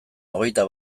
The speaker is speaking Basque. hogeita